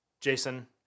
Jason